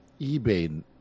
eBay